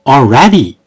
Already